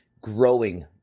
growing